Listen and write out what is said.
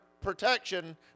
protection